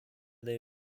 they